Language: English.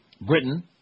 Britain